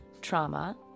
trauma